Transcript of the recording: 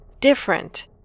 different